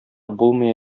булмый